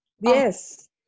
Yes